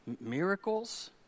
miracles